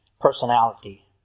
personality